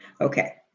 Okay